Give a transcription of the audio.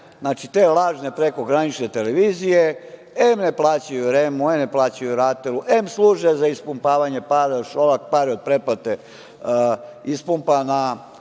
znači, te lažne prekogranične televizije em ne plaćaju REM-u, em ne plaćaju RATEL-u, em služe za ispumpavanje para, jer Šolak pare od pretplate ispumpa na